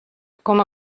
com